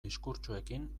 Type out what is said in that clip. diskurtsoekin